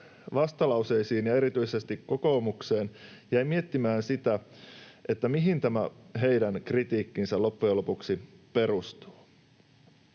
vastalauseisiin, erityisesti kokoomuksen, jäin miettimään sitä, mihin tämä heidän kritiikkinsä loppujen lopuksi perustuu.